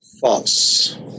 False